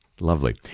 lovely